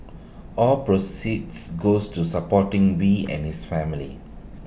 all proceeds goes to supporting wee and his wife